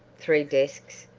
three desks,